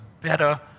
better